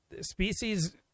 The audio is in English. Species